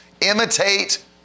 Imitate